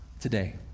today